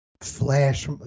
flash